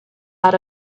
out